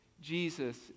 Jesus